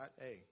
hey